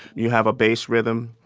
you have a bass rhythm.